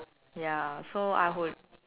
ya so I would